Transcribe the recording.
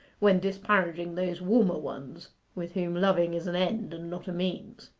when disparaging those warmer ones with whom loving is an end and not a means.